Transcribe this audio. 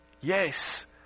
Yes